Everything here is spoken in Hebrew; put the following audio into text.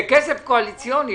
זה כסף קואליציוני.